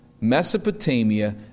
Mesopotamia